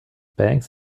banks